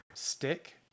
Stick